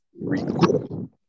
recall